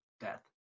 death